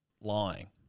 lying